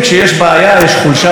חושבים שהמקרה מורכב,